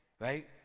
Right